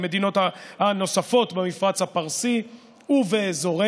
עם המדינות הנוספות במפרץ הפרסי ובאזורנו,